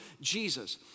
Jesus